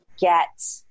get